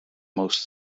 most